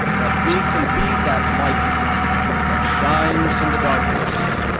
that we can be that light that shines in the darkness.